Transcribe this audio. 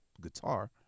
guitar